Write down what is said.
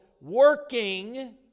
working